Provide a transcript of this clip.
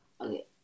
Okay